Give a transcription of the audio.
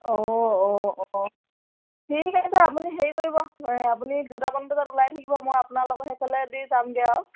অঁ অঁ অঁ অঁ ঠিক আছে আপুনি হেৰি কৰিব আপুনি দুটামান বজাত ওলাই থাকিব মই আপোনাৰ লগত সেইফালে দি যামগে আৰু